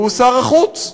והוא שר החוץ.